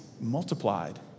multiplied